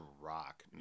rock